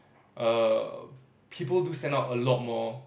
err people do send out a lot more